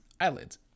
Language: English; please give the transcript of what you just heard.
eyelids